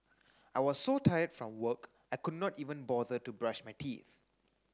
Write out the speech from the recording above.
I was so tired from work I could not even bother to brush my teeth